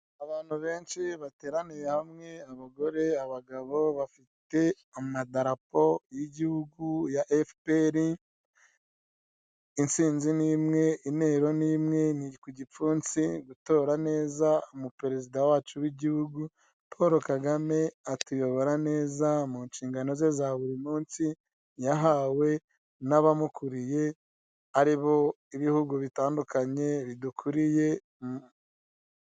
Abantu benshi bateraniye hamwe abagore, abagabo bafite amadarapo y'igihugu ya FPR intsinzi ni imwe, intero ni imwe ni ku gifpunsi gutora neza umuperezida wacu w'igihugu Paul Kagame atuyobora neza mu nshingano ze za buri munsi yahawe n'abamukuriye aribo ibihugu bitandukanye bidukuriye.